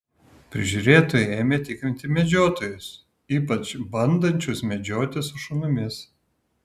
prižiūrėtojai ėmė tikrinti medžiotojus ypač bandančius medžioti su šunimis